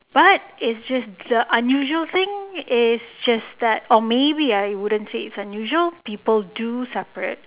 but is just the unusual thing is just that or maybe I wouldn't say is unusual because people do separate